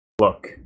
Look